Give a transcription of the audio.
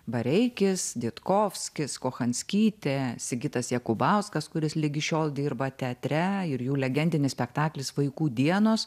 bareikis ditkovskis kochanskytė sigitas jakubauskas kuris ligi šiol dirba teatre ir jų legendinis spektaklis vaikų dienos